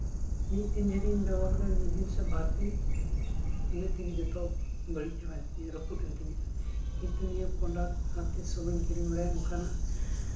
ᱢᱤᱫ ᱫᱤᱱᱤᱧ ᱵᱮᱵᱚᱦᱟᱨ ᱠᱮᱫᱟ ᱢᱤᱫ ᱫᱤᱱ ᱥᱮ ᱵᱟᱨ ᱫᱤᱱ ᱤᱱᱟᱹᱜ ᱛᱮᱜᱮ ᱡᱚᱛᱚ ᱵᱟᱹᱲᱤᱡ ᱪᱟᱵᱟᱭᱮᱱ ᱛᱤᱧᱟᱹ ᱨᱟ ᱯᱩᱫ ᱮᱱ ᱛᱤᱧᱟᱹ ᱠᱤᱱᱛᱩ ᱱᱤᱭᱟᱹ ᱯᱚᱱᱰᱟᱛ ᱟᱨ ᱛᱤᱥ ᱦᱚᱸ ᱵᱟᱹᱧ ᱠᱤᱨᱤᱧ ᱵᱟᱲᱟᱭᱟ ᱱᱚᱝᱠᱟᱱᱟᱜ